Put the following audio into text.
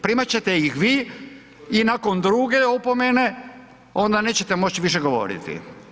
Primat ćete ih i vi i nakon druge opomene onda nećete moći više govoriti.